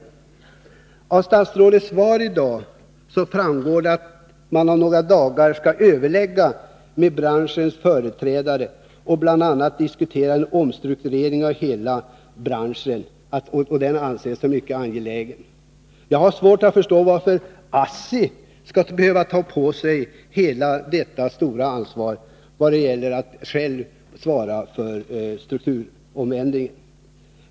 15 november 1982 Av statsrådets svar i dag framgår att man om några dagar skall överlägga med branschens företrädare och bl.a. diskutera en omstrukturering av hela branschen som måste anses som mycket angelägen. Jag har svårt att förstå varför ASSI skall behöva ta på sig hela detta stora ansvar i vad gäller att själv svara för strukturändringen.